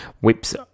whips